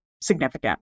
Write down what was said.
significant